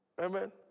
Amen